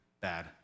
bad